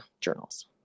journals